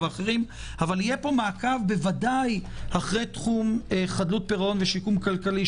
אבל יהיה פה עקב ודאי אחרי תחום חדלות פירעון ושיקום כלכלי,